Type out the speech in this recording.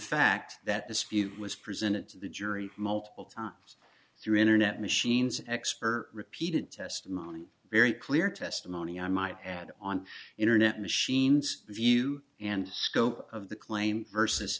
fact that dispute was presented to the jury multiple times through internet machines expert repeated testimony very clear testimony i might add on internet machines view and scope of the claim versus